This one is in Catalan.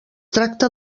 tracta